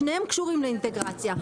שניהם קשורים לאינטגרציה,